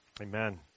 Amen